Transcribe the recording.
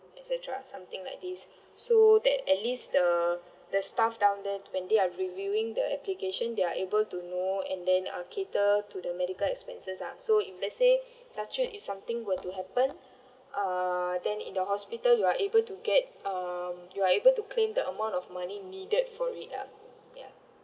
et cetera something like this so that at least the the staff down there when they are reviewing the application they are able to know and then uh cater to the medical expenses ah so if let's say touch wood if something were to happen uh then in the hospital you are able to get um you are able to claim the amount of money needed for it lah ya